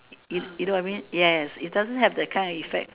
you you know what I mean yes it doesn't have the kind of effect